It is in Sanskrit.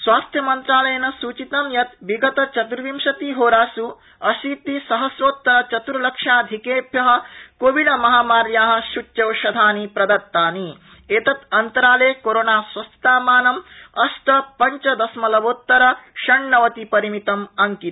स्वास्थ्यमन्त्रालयेन सूचितं यत् विगत चत्र्विंशतिहोरास् अशीतिसहसोत्तरचत्र्लक्षाधिकेभ्य कोविडमहामार्या सूच्यौषधानि प्रदत्तानि एतदन्तराले कोरोना स्वास्थतामानं अष्ट पंच दशमलवोत्तर षण्णवतिपरिमितम् अंकितम्